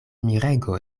mirego